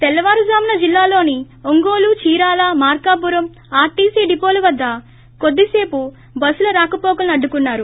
తెల్లవారుజామున జిల్లాలోని ఒంగోలు చీరాల మార్కాపురం ఆర్టీసీ డివోల వద్ద కొద్దిసేపు బస్సుల రాకపోకలను అడ్డుకున్నారు